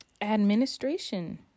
Administration